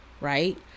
right